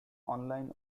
online